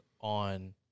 on